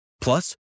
Plus